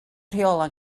rheolau